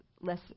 less